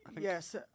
Yes